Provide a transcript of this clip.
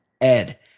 Ed